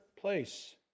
place